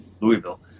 Louisville